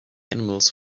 animals